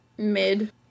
mid